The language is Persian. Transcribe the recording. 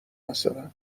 مثلا